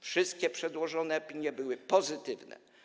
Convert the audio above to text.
Wszystkie przedłożone opinie były pozytywne.